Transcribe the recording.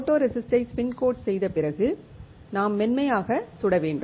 போட்டோரெசிஸ்ட்டை spin பூச்சு செய்த பிறகு நாம் மென்மையாக சுட வேண்டும்